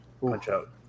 Punch-Out